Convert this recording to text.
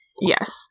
Yes